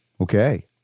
Okay